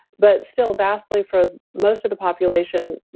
but still, vastly for most of the population,